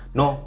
no